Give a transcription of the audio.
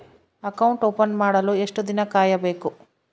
Account open ಮಾಡಲು ಎಷ್ಟು ದಿನ ಕಾಯಬೇಕು?